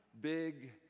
big